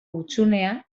hutsunea